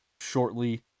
shortly